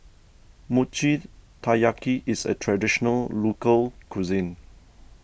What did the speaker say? Mochi Taiyaki is a Traditional Local Cuisine